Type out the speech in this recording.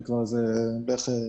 שלום לכולם.